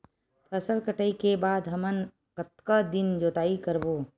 फसल कटाई के बाद हमन कतका दिन जोताई करबो?